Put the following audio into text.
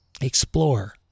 explore